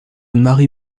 marie